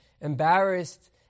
embarrassed